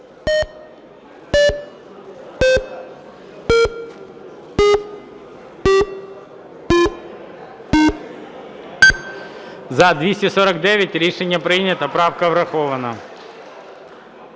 За-249 Рішення прийнято. Правка врахована.